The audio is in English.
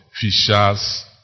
Fishers